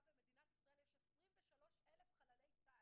הסיפור שחיילי צה"ל שנהרגים בפעולות איבה,